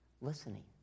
listening